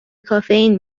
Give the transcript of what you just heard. کافئین